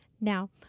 Now